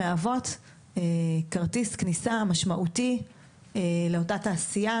הן מהוות כרטיס כניסה משמעותי לאותה תעשייה,